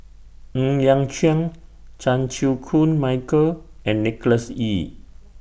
Ng Liang Chiang Chan Chew Koon Michael and Nicholas Ee